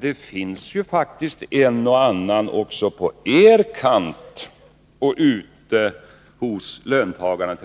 Det finns ju faktiskt en och annan också på er kant och ute hos löntagarna